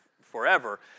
forever